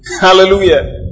Hallelujah